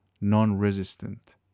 non-resistant